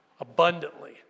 abundantly